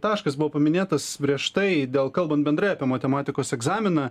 taškas buvo paminėtas prieš tai dėl kalbant bendrai apie matematikos egzaminą